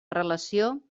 relació